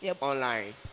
online